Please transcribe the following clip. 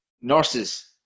nurses